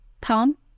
Tom